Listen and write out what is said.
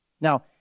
Now